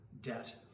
debt